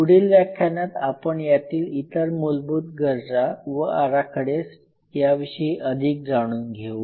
पुढील व्याख्यानात आपण यातील इतर मूलभूत गरजा व आराखडे याविषयी अधिक जाणून घेऊ